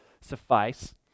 suffice